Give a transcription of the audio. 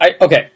Okay